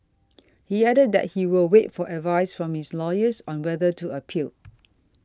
he added that he will wait for advice from his lawyers on whether to appeal